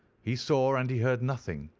he saw and he heard nothing,